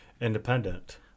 independent